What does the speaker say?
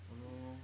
!hannor!